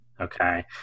okay